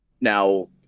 now